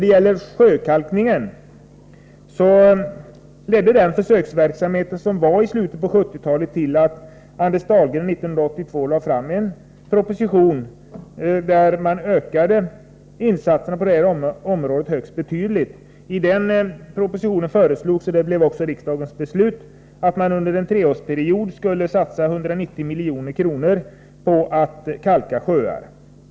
Den försöksverksamhet med kalkning av sjöar som påbörjades i slutet av 1970-talet ledde till att Anders Dahlgren 1982 lade fram en proposition som innebar en högst betydlig ökning av insatserna på detta område. I den propositionen föreslogs, och det blev också riksdagens beslut, att man under en treårsperiod skulle satsa 190 milj.kr. på att kalka sjöar.